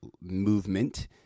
movement